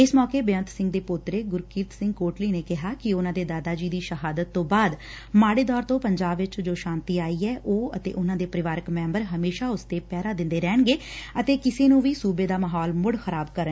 ਇਸ ਮੌਕੇ ਬੇਅੰਤ ਸਿੰਘ ਦੇ ਪੋਤਰੇ ਗੁਰਕੀਰਤ ਸਿੰਘ ਕੋਟਲੀ ਨੇ ਕਿਹਾ ਕਿ ਉਨੂਾ ਦੇ ਦਾਦਾ ਜੀ ਦੀ ਸ਼ਹਾਦਤ ਤੋਂ ਬਾਅਦ ਮਾੜੇ ਦੌਰ ਤੋਂ ਪੰਜਾਬ ਵਿਚ ਜੋ ਸ਼ਾਂਤੀ ਆਈ ਏ ਉਹ ਅਤੇ ਉਨੂਾ ਦੇ ਪਰਿਵਾਰਕ ਮੈ'ਬਰ ਹਮੇਸ਼ਾ ਉਸ ਤੇ ਪਹਿਰਾ ਦਿੰਦੇ ਰਹਿਣਗੇ ਅਤੇ ਕਿਸੇ ਨੂੰ ਵੀ ਸੂਬੇ ਦਾ ਮਾਹੌਲ ਮੁੜ ਖ਼ਰਾਬ ਨਹੀਂ ਕਰਨ ਦੇਣਗੇ